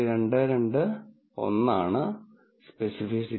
22 1 ആണ് സ്പെസിഫിറ്റി